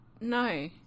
no